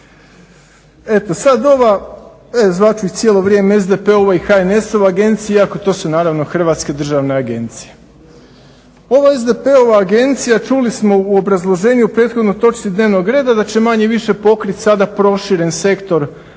Sada ova zvat ću ih cijelo vrijeme SDP-ova i HNS-ova agencija iako su to naravno hrvatske državne agencije. Ova SDP-ova agencija čuli smo u obrazloženju u prethodnoj točki dnevnog reda da će manje-više pokriti sada proširen sektor malog